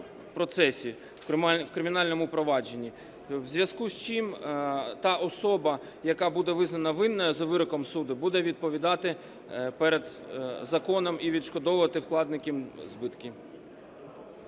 процесі, у кримінальному провадженні, у зв'язку з чим та особа, яка буде визнана винною за вироком суду, буде відповідати перед законом і відшкодовувати вкладникам збитки.